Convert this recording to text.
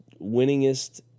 winningest